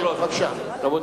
בבקשה.